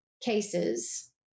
cases